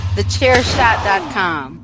Thechairshot.com